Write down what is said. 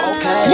Okay